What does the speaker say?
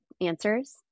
answers